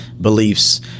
beliefs